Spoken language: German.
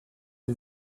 sie